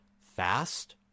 fast